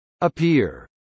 Appear